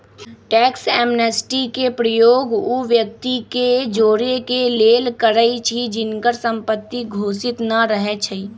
tax amnesty के प्रयोग उ व्यक्ति के जोरेके लेल करइछि जिनकर संपत्ति घोषित न रहै छइ